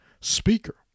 speaker